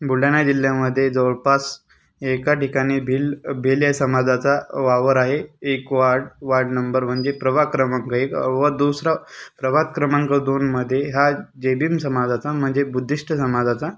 बुलढाणा जिल्ह्यामधे जवळपास एका ठिकाणी भील भेल या समाजाचा वावर आहे एक वार्ड वार्ड नंबर म्हणजे प्रभाग क्रमांक एक अ व दुसरा प्रभाग क्रमांक दोनमध्ये ह्या जय भीम समाजाचा म्हणजे बुद्धिश्ट समाजाचा